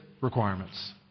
requirements